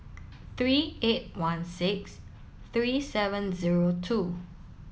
three eight one six three seven zero two